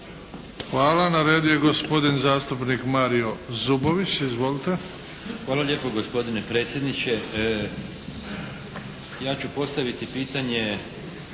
Hvala. Na redu je gospodin zastupnik Mario Zubović. Izvolite. **Zubović, Mario (HDZ)** Hvala lijepo gospodine predsjedniče. Ja ću postaviti pitanje